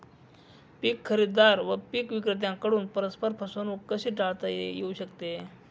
पीक खरेदीदार व पीक विक्रेत्यांकडून परस्पर फसवणूक कशी टाळता येऊ शकते?